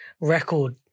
record